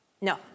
No